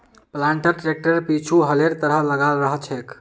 planter ट्रैक्टरेर पीछु हलेर तरह लगाल रह छेक